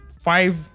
five